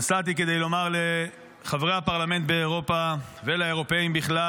נסעתי כדי לומר לחברי הפרלמנט באירופה ולאירופאים בכלל